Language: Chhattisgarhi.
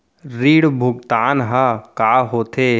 ऋण भुगतान ह का होथे?